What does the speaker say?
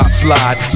slide